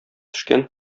төшкән